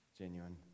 genuine